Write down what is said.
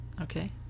okay